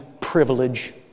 privilege